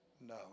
no